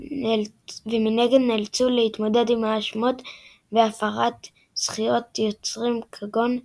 ומנגד נאלצו להתמודד עם האשמות בהפרת זכויות יוצרים כגון פלגיאט.